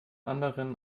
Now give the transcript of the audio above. anderen